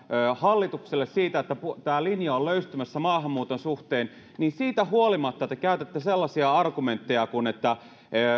hallitukselle siitä että linja on löystymässä maahanmuuton suhteen niin siitä huolimatta te käytätte sellaisia argumentteja kuin että